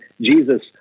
Jesus